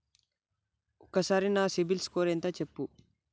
ఒక్కసారి నా సిబిల్ స్కోర్ ఎంత చెప్పు?